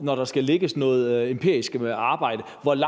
når der skal laves noget empirisk arbejde. Man kunne